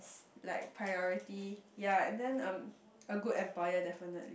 like priority ya and then um a good employer definitely